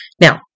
Now